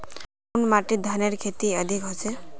कुन माटित धानेर खेती अधिक होचे?